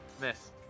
Miss